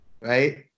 right